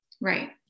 Right